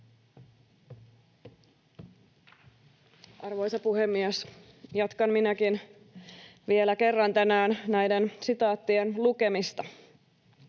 Arvoisa puhemies! Jatkan minäkin vielä kerran tänään näiden sitaattien lukemista.